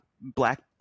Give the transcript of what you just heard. black